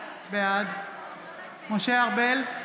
בעד משה ארבל,